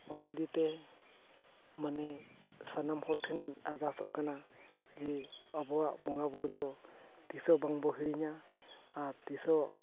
ᱚᱱᱟ ᱤᱫᱤ ᱛᱮ ᱢᱟᱱᱮ ᱥᱟᱱᱟᱢ ᱠᱚᱴᱷᱮᱱᱤᱧ ᱟᱨᱫᱟᱥᱚᱜ ᱠᱟᱱᱟ ᱡᱮ ᱟᱵᱚᱣᱟᱜ ᱵᱚᱸᱜᱟ ᱵᱩᱨᱩ ᱫᱚ ᱛᱤᱥ ᱦᱚᱸ ᱵᱟᱝ ᱵᱚ ᱦᱤᱲᱤᱧᱟᱟᱨ ᱛᱤᱥ ᱦᱚᱸ